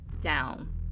down